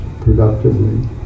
productively